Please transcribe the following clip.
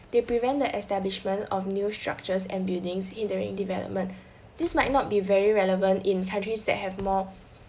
they prevent the establishment of new structures and buildings hindering development this might not be very relevant in countries that have more